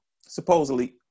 supposedly